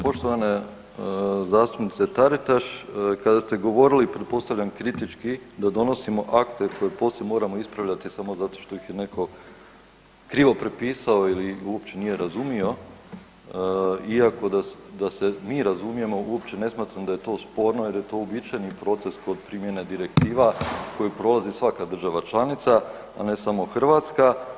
Poštovana zastupnice Taritaš, kada ste govorili pretpostavljam kritički da donosimo akte koje poslije moramo ispravljati samo zato što ih je netko krivo prepisao ili uopće nije razumio iako da se mi razumijemo uopće ne smatram da je to sporno jer je to uobičajeni proces kod primjene direktiva koji prolazi svaka država članica, a ne samo Hrvatska.